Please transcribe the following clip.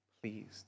pleased